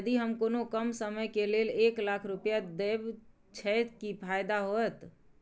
यदि हम कोनो कम समय के लेल एक लाख रुपए देब छै कि फायदा होयत?